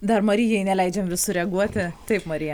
dar marijai neleidžiam sureaguoti taip marija